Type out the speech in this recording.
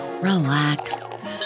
relax